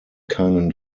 keinen